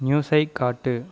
நியூஸைக் காட்டு